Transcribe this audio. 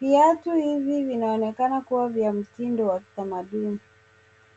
Viatu hivi vinaonekana kuwa vya mitindo ya kitamaduni.